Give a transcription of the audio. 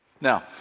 Now